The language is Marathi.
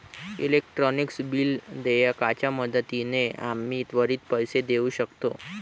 इलेक्ट्रॉनिक बिल देयकाच्या मदतीने आम्ही त्वरित पैसे देऊ शकतो